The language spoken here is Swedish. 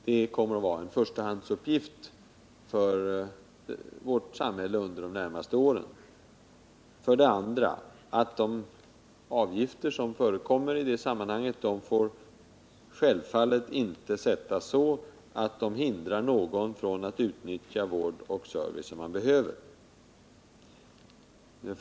Det kommer att vara en förstahandsuppgift för vårt samhälle under de närmaste åren. 2. De avgifter som förekommer i det sammanhanget får självfallet inte sättas så, att de hindrar någon från att utnyttja den vård och service som han behöver. 3.